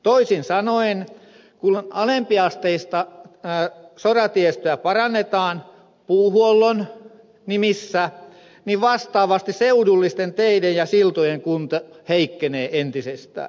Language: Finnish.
toisin sanoen kun alempiasteista soratiestöä parannetaan puuhuollon nimissä niin vastaavasti seudullisten teiden ja siltojen kunto heikkenee entisestään